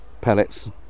pellets